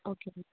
ஓகேங்க